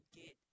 get